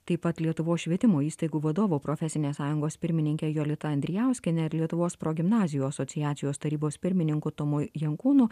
taip pat lietuvos švietimo įstaigų vadovų profesinės sąjungos pirmininke jolita andrijauskiene ir lietuvos progimnazijų asociacijos tarybos pirmininku tomu jankūnu